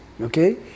Okay